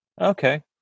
okay